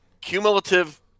cumulative